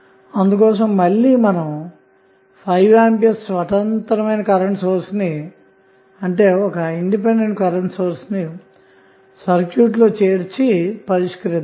అందుకోసం మళ్ళి 5 A స్వతంత్ర కరెంటు సోర్స్ ని సర్క్యూట్లో చేర్చి పరిష్కరిద్దాము